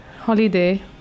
holiday